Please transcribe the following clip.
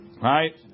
Right